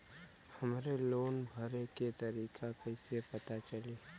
हमरे लोन भरे के तारीख कईसे पता चली?